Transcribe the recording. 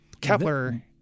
Kepler